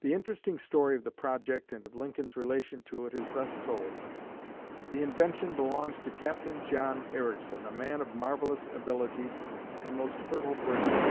the interesting story of the project, and of lincoln's relation to it, is thus told the invention belongs to captain john ericsson, a man of marvelous ability and most fertile brain